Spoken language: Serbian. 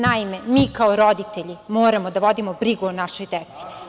Naime, mi kao roditelji moramo da vodimo brigu o našoj deci.